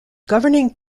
governing